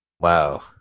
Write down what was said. Wow